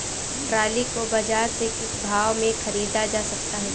Trolley को बाजार से किस भाव में ख़रीदा जा सकता है?